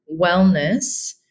wellness